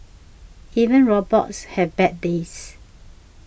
even robots have bad days